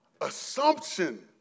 assumption